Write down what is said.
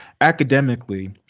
Academically